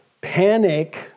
Panic